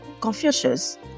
Confucius